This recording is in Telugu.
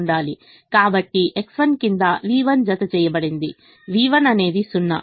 కాబట్టి X1 కింద v1 జత చేయబడింది v1 అనేది 0